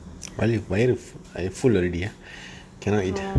I வயிறு:vayiru I full already ah cannot eat